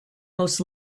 most